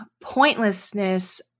pointlessness